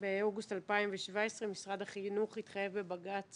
באוגוסט 2017 משרד החינוך התחייב בבג"ץ